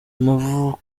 avugako